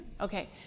Okay